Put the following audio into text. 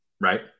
Right